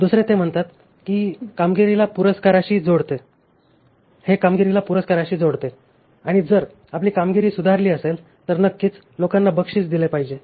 दुसरे ते म्हणतात की हे कामगिरीला पुरस्काराशी जोडते आणि जर आपली कामगिरी सुधारली असेल तर नक्कीच लोकांना बक्षीस दिले पाहिजे